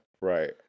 Right